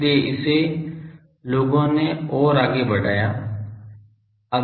इसलिए इसे लोगों ने और आगे बढ़ाया है